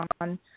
on